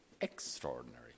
extraordinary